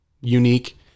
unique